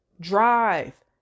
drive